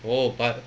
oh but